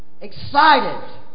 excited